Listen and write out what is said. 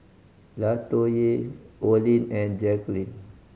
Latoyia Olin and Jacklyn